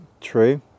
true